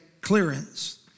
clearance